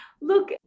look